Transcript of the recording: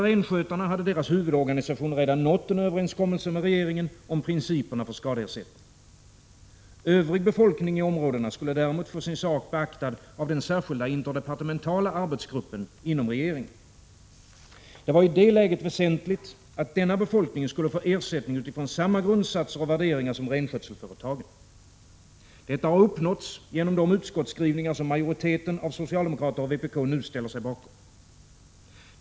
Renskötarnas huvudorganisation hade redan nått en överenskommelse med regeringen om principerna för skadeersättning. Övrig befolkning i områdena skulle däremot få sin sak beaktad av den särskilda interdepartementala arbetsgruppen inom regeringen. Det var i det läget väsentligt att denna befolkning skulle få ersättning utifrån samma grundsatser och värderingar som renskötselföretagen. Detta har uppnåtts genom de utskottsskrivningar som majoriteten av socialdemokrater och vpk nu ställt sig bakom.